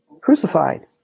Crucified